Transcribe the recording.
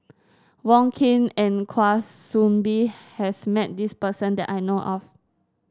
Wong Keen and Kwa Soon Bee has met this person that I know of